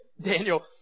Daniel